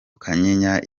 kanyinya